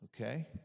okay